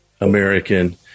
American